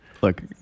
look